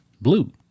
blue